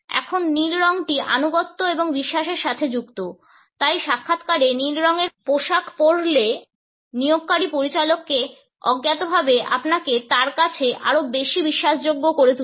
এখন নীল রঙটি আনুগত্য এবং বিশ্বাসের সাথে যুক্ত তাই সাক্ষাৎকারে নীল রঙের পোশাক পরলে নিয়োগকারী পরিচালককে অজ্ঞাতভাবে আপনাকে তার কাছে আরও বেশি বিশ্বাসযোগ্য করে তুলবে